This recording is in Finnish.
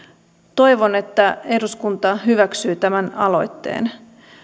toivon että eduskunta hyväksyy tämän aloitteen